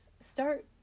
start